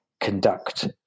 conduct